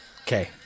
Okay